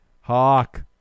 Hawk